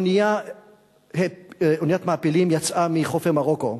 אוניית מעפילים יצאה מחופי מרוקו,